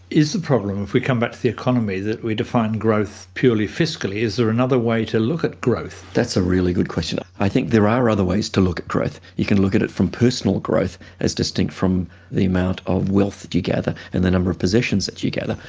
is the problem, if we come back to the economy, that we define growth purely fiscally? is there another way to look at growth? that's a really good question. i think there are other ways to look at growth. you can look at it from personal growth as distinct from the amount of wealth you gather and the number of possessions that you gather.